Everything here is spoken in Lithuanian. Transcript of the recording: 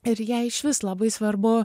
ir jai išvis labai svarbu